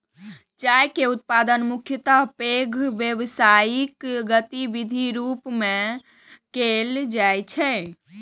चाय के उत्पादन मुख्यतः पैघ व्यावसायिक गतिविधिक रूप मे कैल जाइ छै